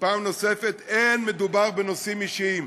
פעם נוספת: אין מדובר בנושאים אישיים.